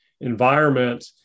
environment